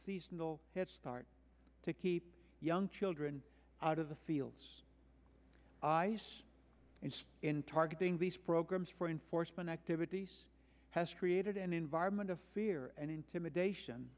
seasonal head start to keep young children out of the fields ice and in targeting these programs for enforcement activities has created an environment of fear and intimidation